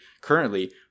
currently